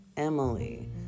Emily